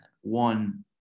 one